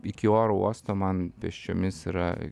iki oro uosto man pėsčiomis yra